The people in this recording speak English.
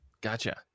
Gotcha